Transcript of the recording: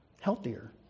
healthier